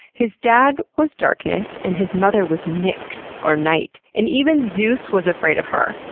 his dad was darkness and his mother was nyx, or night. and even zeus was afraid of her.